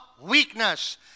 weakness